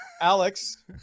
Alex